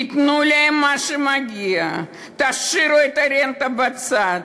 תיתנו להם מה שמגיע, תשאירו את הרנטה בצד.